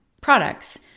products